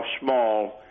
small